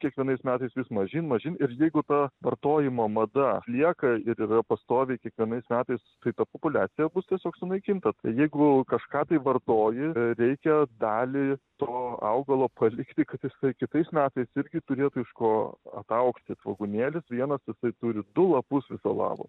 kiekvienais metais vis mažyn mažyn ir jeigu ta vartojimo mada lieka ir yra pastoviai kiekvienais metais tai ta populiacija bus tiesiog sunaikinta jeigu kažką tai vartoji reikia dalį to augalo palikti kad jisai kitais metais irgi turėtų iš ko ataugti svogūnėlis vienas jisai turi du lapus viso labo